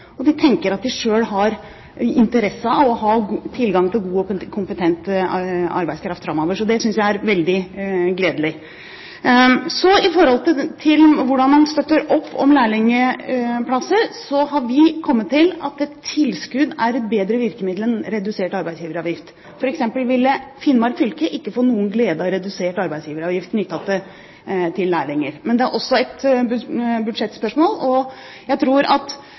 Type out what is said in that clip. og de tenker at de selv har interesse av å ha tilgang til god og kompetent arbeidskraft framover. Så det synes jeg er veldig gledelig. Med hensyn til hvordan man støtter opp om lærlingplasser, har vi kommet til at et tilskudd er et bedre virkemiddel enn redusert arbeidsgiveravgift. For eksempel ville Finnmark fylke ikke få noen glede av redusert arbeidsgiveravgift knyttet til lærlinger. Men det er også et budsjettspørsmål, og jeg tror at